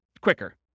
quicker